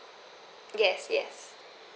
yes yes